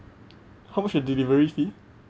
how much your delivery fee